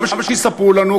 למה שיספרו לנו?